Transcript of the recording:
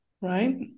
right